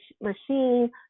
machine